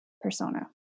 persona